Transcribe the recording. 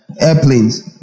airplanes